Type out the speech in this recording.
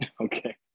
Okay